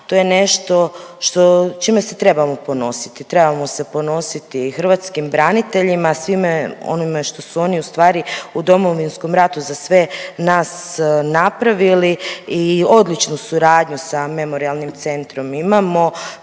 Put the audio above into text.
to je nešto što, čime se trebamo ponositi, trebamo se ponositi hrvatskim braniteljima, svime onime što su oni ustvari u Domovinskom ratu za sve nas napravili i odličnu suradnju sa Memorijalnim centrom imamo